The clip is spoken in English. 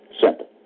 Simple